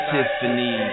Tiffany